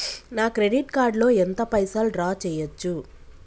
నా credit card లో ఎంత పైసల్ డ్రా చేయచ్చు?